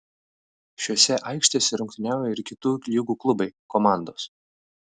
šiose aikštėse rungtyniauja ir kitų lygų klubai komandos